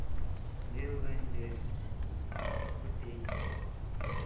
ᱧᱮᱞᱫᱟᱹᱧ ᱡᱮ ᱢᱤᱫᱴᱤᱡ